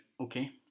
Okay